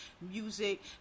music